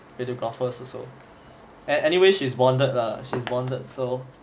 radigraphers also and anyway she's bonded lah she's bonded so